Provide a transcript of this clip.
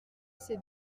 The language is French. ces